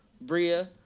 Bria